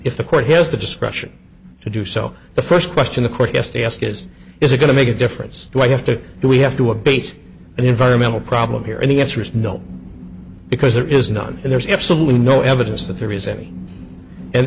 if the court has the discretion to do so the first question the court yesterday ask is is it going to make a difference do i have to do we have to abate an environmental problem here and the answer is no because there is none and there's absolutely no evidence that there is any and